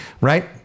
right